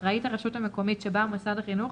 אחראית הרשות המקומית שבה מוסד החינוך